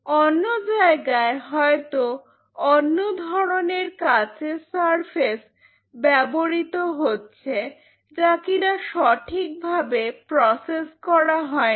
অন্য জায়গায় হয়তো অন্য ধরনের কাঁচের সারফেস ব্যবহৃত হচ্ছে যা কিনা সঠিকভাবে প্রসেস করা হয়নি